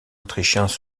autrichiens